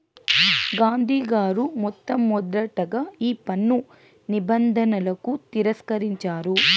గాంధీ గారు మొట్టమొదటగా ఈ పన్ను నిబంధనలను తిరస్కరించారు